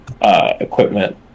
equipment